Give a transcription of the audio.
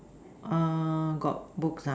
uh got books ah